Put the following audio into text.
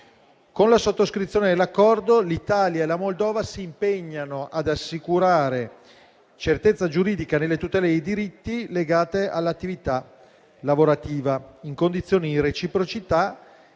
Con la sottoscrizione di questo Accordo, l'Italia e la Moldova si impegnano ad assicurare la certezza giuridica nella tutela dei diritti legati all'attività lavorativa, in condizioni di reciprocità.